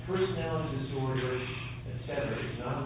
personality disorder